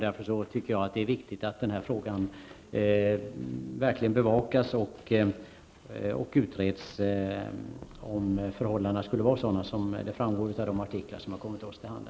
Jag tycker därför att det är viktigt att frågan verkligen bevakas och att den utreds om förhållandena skulle vara sådana som de framställs i de artiklar som har kommit oss till handa.